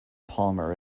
palmer